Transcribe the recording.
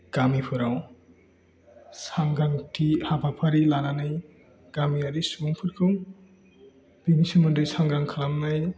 गामिफोराव सांग्रांथि हाबाफारि लानानै गामियारि सुबुंफोरखौ बिनि सोमोन्दै सांग्रां खालामनायनि